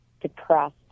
depressed